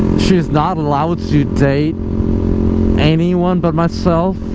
she's not allowed to date anyone but myself